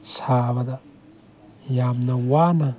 ꯁꯥꯕꯗ ꯌꯥꯝꯅ ꯋꯥꯅ